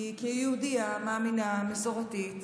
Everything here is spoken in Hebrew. כי כיהודייה מאמינה, מסורתית,